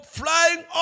flying